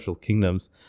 kingdoms